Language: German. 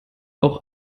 auch